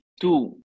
two